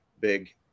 big